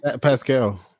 Pascal